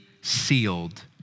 sealed